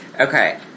Okay